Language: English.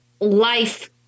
life